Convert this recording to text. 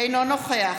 אינו נוכח